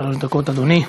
שלוש דקות, אדוני.